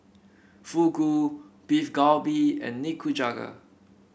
Fugu Beef Galbi and Nikujaga